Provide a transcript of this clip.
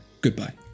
Goodbye